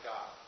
God